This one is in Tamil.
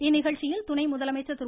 இந்நிகழ்ச்சியில் துணை முதலமைச்சர் திரு